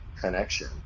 connection